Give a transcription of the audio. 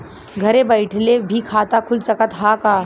घरे बइठले भी खाता खुल सकत ह का?